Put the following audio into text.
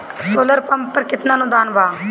Solar pump पर केतना अनुदान बा?